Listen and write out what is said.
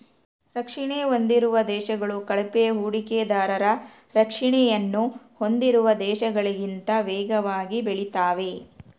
ರಕ್ಷಣೆ ಹೊಂದಿರುವ ದೇಶಗಳು ಕಳಪೆ ಹೂಡಿಕೆದಾರರ ರಕ್ಷಣೆಯನ್ನು ಹೊಂದಿರುವ ದೇಶಗಳಿಗಿಂತ ವೇಗವಾಗಿ ಬೆಳೆತಾವೆ